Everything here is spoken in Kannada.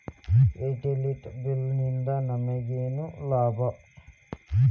ಯುಟಿಲಿಟಿ ಬಿಲ್ ನಿಂದ್ ನಮಗೇನ ಲಾಭಾ?